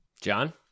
john